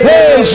Hey